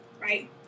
right